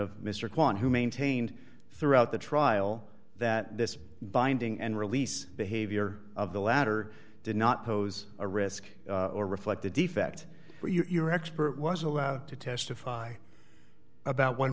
of mr kwan who maintained throughout the trial that this binding and release behavior of the latter did not pose a risk or reflect the defect or you're expert was allowed to testify about one